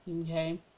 Okay